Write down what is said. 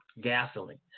gasoline